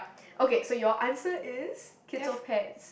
okay so your answer is kids or pets